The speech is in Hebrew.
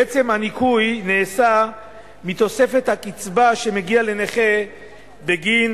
בעצם הניכוי נעשה מתוספת הקצבה שמגיעה לנכה בגין